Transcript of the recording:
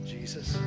Jesus